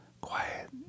quiet